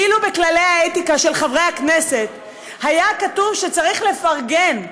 אילו בכללי האתיקה של חברי הכנסת היה כתוב שצריך לפרגן,